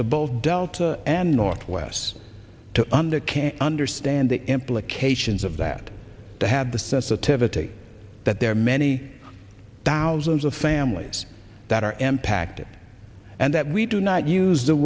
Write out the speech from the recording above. to both delta and northwest to under can understand the implications of that to have the sensitivity that there are many thousands of families that are m packed and that we do not use the